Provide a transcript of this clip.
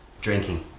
drinking